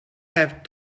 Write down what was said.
have